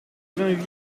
vingt